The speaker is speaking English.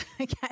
okay